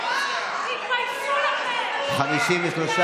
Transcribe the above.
התשפ"ג 2023,